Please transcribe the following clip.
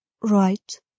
Right